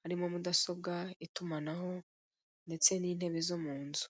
birimo mudasobwa, itumanaho ndetse n'intebe zo mu nzu.